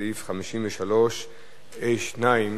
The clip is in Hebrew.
סעיף 53(2),